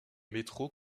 métro